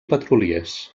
petroliers